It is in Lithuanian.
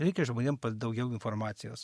reikia žmonėm pa daugiau informacijos